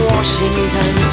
Washington